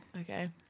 Okay